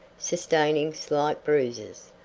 sustaining slight bruises,